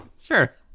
Sure